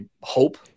hope